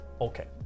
Okay